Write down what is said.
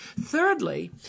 Thirdly